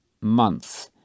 month